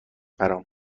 برام